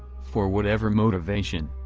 for whatever motivation,